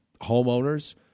homeowners